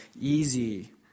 easy